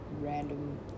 random